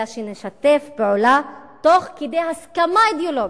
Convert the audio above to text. אלא שנשתף פעולה תוך כדי הסכמה אידיאולוגית,